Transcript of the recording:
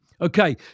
Okay